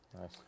Nice